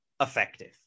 effective